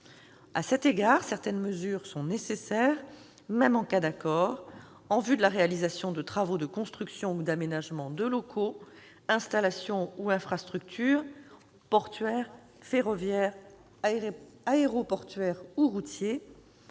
À cet égard, certaines mesures seront nécessaires, même en cas d'accord, en vue de la réalisation de travaux de construction ou d'aménagement de locaux, d'installations ou d'infrastructures portuaires, ferroviaires, aéroportuaires et routières